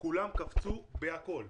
כולן קפצו בכל,